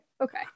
Okay